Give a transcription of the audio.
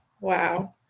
Wow